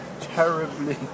terribly